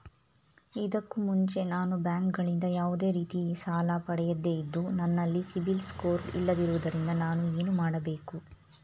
ಇದಕ್ಕೂ ಮುಂಚೆ ನಾನು ಬ್ಯಾಂಕ್ ಗಳಿಂದ ಯಾವುದೇ ರೀತಿ ಸಾಲ ಪಡೆಯದೇ ಇದ್ದು, ನನಲ್ಲಿ ಸಿಬಿಲ್ ಸ್ಕೋರ್ ಇಲ್ಲದಿರುವುದರಿಂದ ನಾನು ಏನು ಮಾಡಬೇಕು?